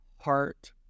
heart